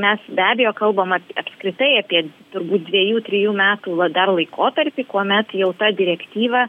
mes be abejo kalbam apskritai apie turbūt dviejų trijų metų va dar laikotarpį kuomet jau ta direktyva